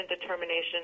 determination